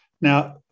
now